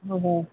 okay